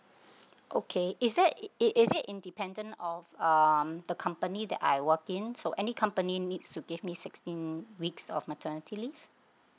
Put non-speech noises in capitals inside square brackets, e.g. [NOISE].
[BREATH] okay is that is it independent of um the company that I work in so any company needs to give me sixteen weeks of maternity leave